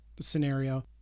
scenario